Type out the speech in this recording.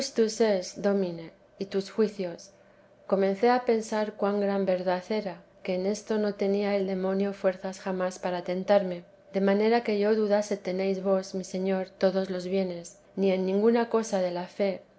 domine y tus juicios comencé a pensar cuan gran verdad era que en esto no tenía el demonio fuerzas jamás para tentarme de manera que yo dudase tenéis vos mi señor todos los bienes ni en ninguna cosa de la fe